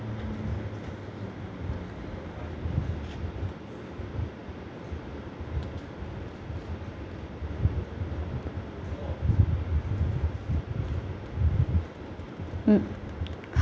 mm